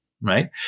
right